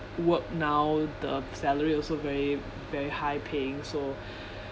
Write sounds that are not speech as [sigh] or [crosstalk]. work now the salary also very very high paying so [breath]